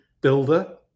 builder